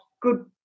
good